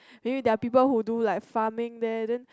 maybe there are people who do like farming there then